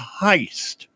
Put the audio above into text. Heist